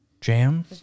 Jam